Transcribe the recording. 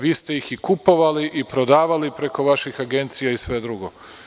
Vi ste ih i kupovali i prodavali preko vaših agencija i sve drugo.